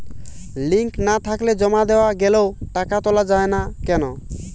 Link না থাকলে জমা দেওয়া গেলেও টাকা তোলা য়ায় না কেন?